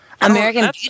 American